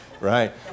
right